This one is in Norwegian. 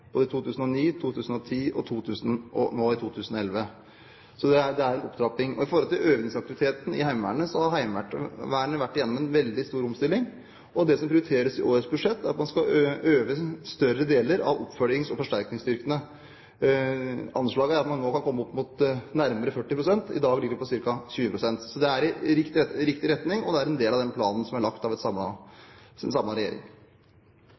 både i 2009, 2010 og nå i 2011 – så det er en opptrapping. Når det gjelder øvingsaktivitetene i Heimevernet, har Heimevernet vært gjennom en veldig stor omstilling. Det som prioriteres i årets budsjett, er at man skal øve større deler av oppfølgings- og forsterkningsstyrkene. Anslaget er at man nå kan komme opp mot nærmere 40 pst. I dag ligger det på ca. 20 pst. Så det går i riktig retning, og det er en del av den planen som er lagt av en samlet regjering.